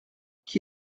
qui